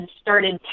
started